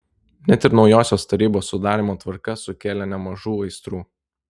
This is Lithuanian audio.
net ir naujosios tarybos sudarymo tvarka sukėlė nemažų aistrų